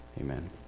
Amen